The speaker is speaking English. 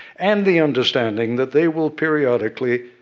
and the understanding that they will, periodically,